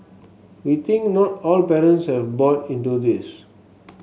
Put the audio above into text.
we think not all parents have bought into this